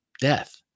death